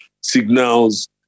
signals